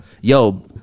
yo